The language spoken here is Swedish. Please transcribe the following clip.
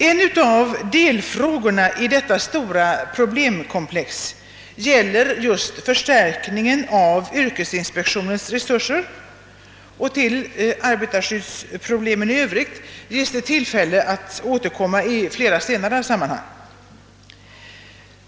En av delfrågorna i detta stora problemkomplex gäller förstärkningen av yrkesinspektionens resurser. Till arbetarskyddsproblemen i övrigt ges det tillfälle att återkomma i flera senare sammanhang.